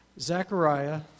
Zechariah